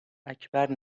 اکبر